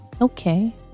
okay